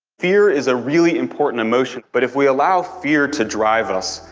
fear is a really important emotion, but if we allow fear to drive us,